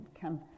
come